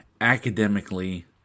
academically